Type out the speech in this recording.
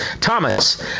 Thomas